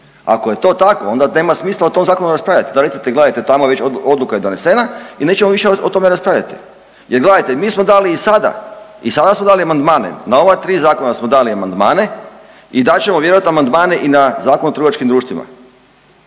Ako je to tako onda nema smisla o tom zakonu raspravljati onda recite gledajte tamo je već odluka je donesena i nećemo više o tome raspravljati. Jer gledajte mi smo dali i sada i sada smo dali amandmane, na ova tri zakona smo dali amandmane i dat ćemo vjerojatno amandmane i na Zakon o trgovačkim društvima.